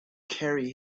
carry